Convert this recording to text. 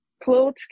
clothes